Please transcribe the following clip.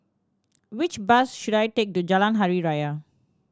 which bus should I take to Jalan Hari Raya